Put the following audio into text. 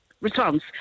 response